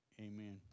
amen